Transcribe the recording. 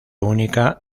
única